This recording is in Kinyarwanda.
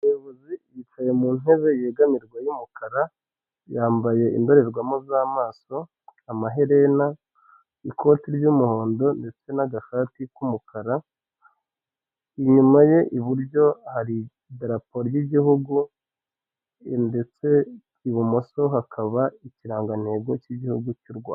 Ibyapa byo ku muhanda ubisanga mu mabara atandukanye cyane ,aho usanga hari ibara ry'umutuku hagati harimo ibara ry'umukara. Ariko biba bigoranye cyangwa se bikunze kugora abantu benshi kumenya ngo ikimenyetso kifite icyo kigaragaza nk'ibyo bimenyetso bibiri ni ikihe? kuko abantu benshi bakunze kwibaza ngo umutuku cyangwa umukara ni ikihe kimenyetso kiri gutanga ubutumwa muri ibyo bimenyetso bibiri.